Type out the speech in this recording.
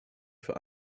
für